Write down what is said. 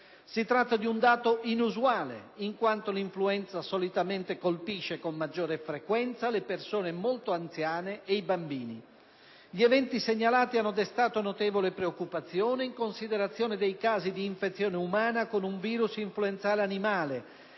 Si tratta di un dato inusuale, in quanto l'influenza solitamente colpisce con maggiore frequenza le persone molto anziane e i bambini. Gli eventi segnalati hanno destato notevole preoccupazione, in considerazione dei casi di infezione umana con un virusinfluenzale animale,